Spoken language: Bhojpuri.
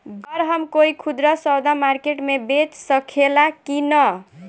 गर हम कोई खुदरा सवदा मारकेट मे बेच सखेला कि न?